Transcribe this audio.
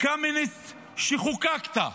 קמיניץ שחוקקת,